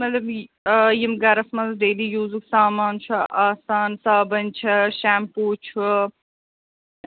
مطلب آ یِم گَرَس منٛز ڈیٚلی یوٗزُک سامان چھُ آسان صابٕنۍ چھےٚ شٮ۪مپوٗ چھُ